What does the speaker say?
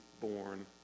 born